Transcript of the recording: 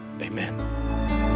Amen